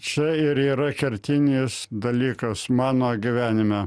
čia ir yra kertinis dalykas mano gyvenime